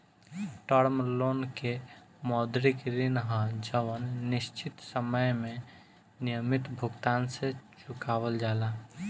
term loan के मौद्रिक ऋण ह जवन निश्चित समय में नियमित भुगतान से चुकावल जाला